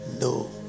No